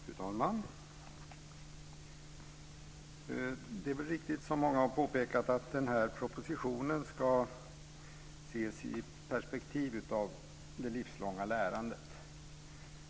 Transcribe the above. Fru talman! Det är väl riktigt som många har påpekat att den här propositionen ska ses i perspektiv av det livslånga lärandet.